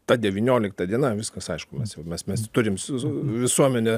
ta devyniolikta diena viskas aišku mes jau mes mes turime su visuomenė